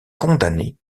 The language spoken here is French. condamnés